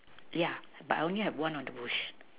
yeah but I only have one of the bush